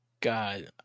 God